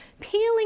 peeling